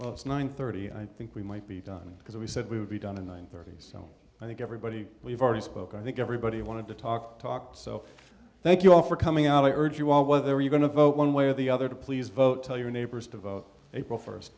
well it's nine thirty and i think we might be done because we said we would be done in nine thirty so i think everybody we've already spoke i think everybody wanted to talk talk so thank you all for coming out i urge you all was there are you going to vote one way or the other to please vote tell your neighbors to vote april first